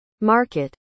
market